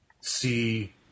see